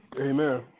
Amen